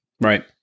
Right